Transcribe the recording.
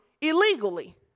illegally